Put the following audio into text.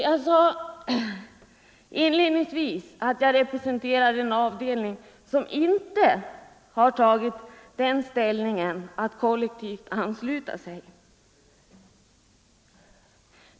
Jag sade inledningsvis att jag representerar en avdelning som inte har valt att kollektivansluta sig.